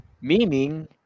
Meaning